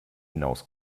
hinaus